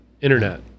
internet